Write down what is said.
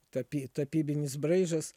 tapy tapybinis braižas